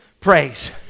praise